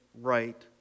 right